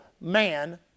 man